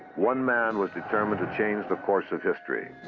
one man was determined to change the course of history.